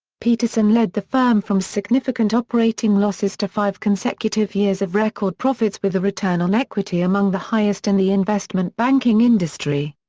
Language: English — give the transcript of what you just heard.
peterson led the firm from significant operating losses to five consecutive years of record profits with a return on equity among the highest in the investment-banking industry.